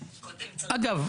אגב,